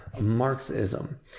Marxism